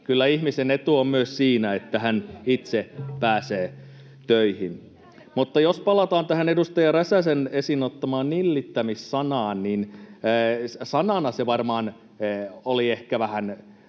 Kyllä ihmisen etu on myös siinä, että hän itse pääsee töihin. Mutta jos palataan tähän edustaja Räsäsen esiin ottamaan nillittämissanaan, niin sanana se varmaan oli ehkä vähän